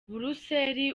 buruseli